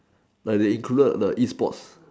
like they included the E sports